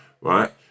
right